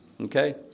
okay